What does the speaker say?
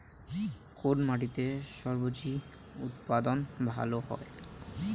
কোন মাটিতে স্বজি উৎপাদন ভালো হয়?